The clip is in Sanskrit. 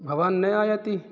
भवान् न आयाति